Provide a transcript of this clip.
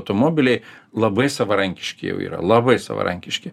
automobiliai labai savarankiški jau yra labai savarankiški